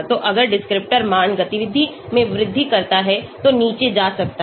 तो अगर डिस्क्रिप्टर मान गतिविधि में वृद्धि करता है तो नीचे जा सकता है